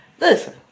Listen